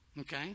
Okay